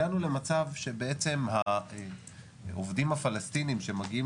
הגענו למצב שבעצם העובדים הפלסטינים שמגיעים